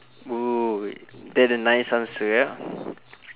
oh wait that a nice answer ya